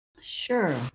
sure